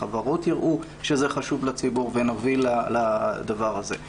החברות יראו שזה חשוב לציבור ונביא לדבר הזה.